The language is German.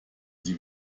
sie